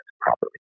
properly